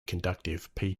conductive